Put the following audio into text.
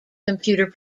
computer